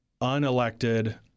unelected